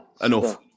Enough